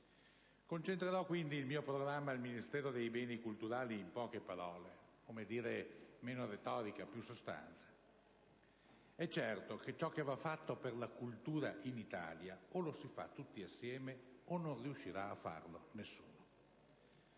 Concentrerò, quindi, il mio programma del Ministero per i beni culturali in poche parole; come dire, meno retorica e più sostanza. È certo che ciò che va fatto per la cultura in Italia o lo si fa tutti insieme o non riuscirà a farlo nessuno.